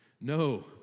No